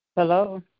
Hello